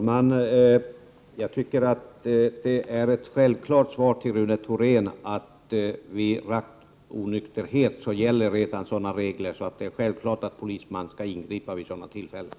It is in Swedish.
Fru talman! Ett självklart svar till Rune Thorén är att polisman skall ha rätt att ta körkortet vid rattonykterhet. Sådan är regeln.